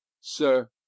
sir